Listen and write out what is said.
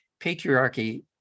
patriarchy